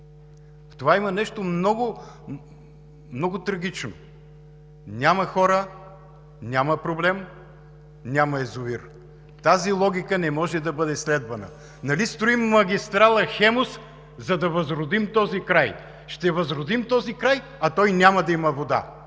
В това има нещо много трагично – няма хора, няма проблем, няма язовир. Тази логика не може да бъде следвана. Нали строим магистрала „Хемус“, за да възродим този край? Ще възродим този край, а той няма да има вода.